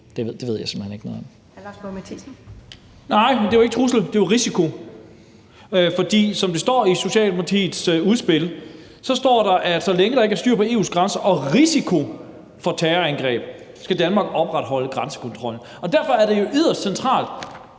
Mathiesen (NB): Nej, men det er jo ikke trusler, det er jo risiko. For som der står i Socialdemokratiets udspil: Så længe der ikke er styr på EU's grænser og risiko for terrorangreb, skal Danmark opretholde grænsekontrollen. Derfor er det jo yderst centralt,